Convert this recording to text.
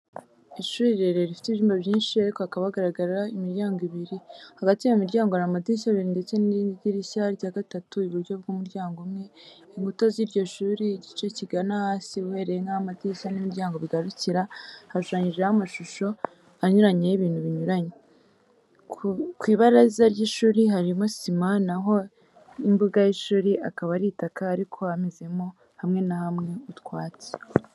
Ishuri rirerire rifite ibyumba byinshi ariko hakaba hagaragara imiryango ibiri, hagati y'iyo miryango hari amadirishya abiri ndetse n'irindi dirishya rya gatatu iburyo bw'umuryango umwe, inkuta z'iryo shuri, igice kigana hasi uhereye nk'aho amadirishya n'imiryango bigarukira, hashushanyijeho amashusho anyuranye y'ibintu binyuranye, ku ibaraza ry'ishuri harimo sima naho imbuga y'ishuri, akaba ari itaka ariko hamezemo hamwe na hamwe utwatsi.